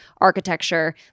architecture